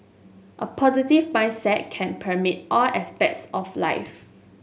a positive mindset can permeate all aspects of life